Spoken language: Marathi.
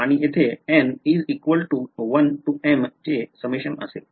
आणि तेथे N is equal to 1 to m चे summation असेल